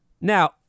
Now